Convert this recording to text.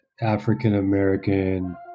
African-American